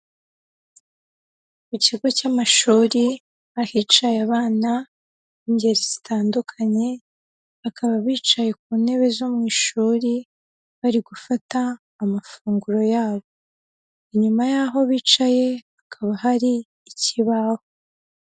Mu kigo cy'amashuri, ahicaye abana b'ingeri zitandukanye, bakaba bicaye ku ntebe zo mu ishuri, bari gufata amafunguro yabo, inyuma y'aho bicaye hakaba hari ikibaho.